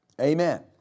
Amen